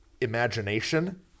imagination